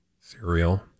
Cereal